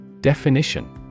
Definition